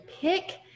pick